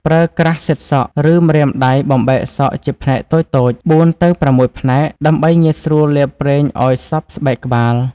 ប្រើក្រាស់សិតសក់ ឬម្រាមដៃបំបែកសក់ជាផ្នែកតូចៗ (៤ ទៅ ៦ ផ្នែក) ដើម្បីងាយស្រួលលាបប្រេងឲ្យសព្វស្បែកក្បាល។